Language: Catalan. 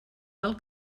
del